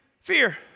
fear